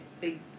big